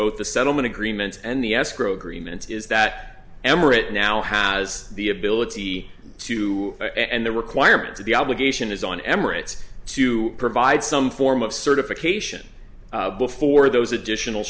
both the settlement agreements and the escrow agreements is that emirate now has the ability to and the requirements of the obligation is on emirates to provide some form of certification before those additional